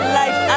life